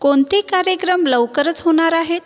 कोणते कार्यक्रम लवकरच होणार आहेत